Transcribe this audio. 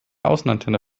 außenantenne